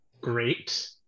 great